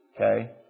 okay